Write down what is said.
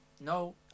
No